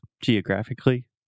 geographically